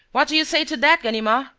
what do you say to that, ganimard?